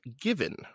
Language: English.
given